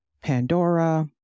Pandora